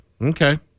Okay